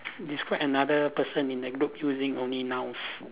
describe another person in the group using only nouns